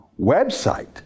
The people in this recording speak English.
website